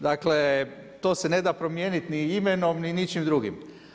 Dakle to se ne da promijeniti ni imenom ni ničim drugim.